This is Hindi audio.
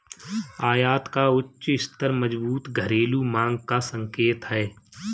आयात का उच्च स्तर मजबूत घरेलू मांग का संकेत है